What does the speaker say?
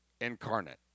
incarnate